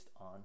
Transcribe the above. on